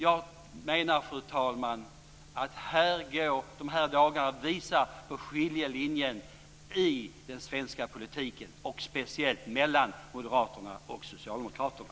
Jag menar, fru talman, att de här dagarna visar på skiljelinjen i svensk politik, speciellt mellan moderaterna och socialdemokraterna.